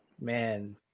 Man